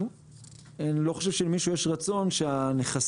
אני לא חושב שלמישהו יש רצון שהנכסים